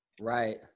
Right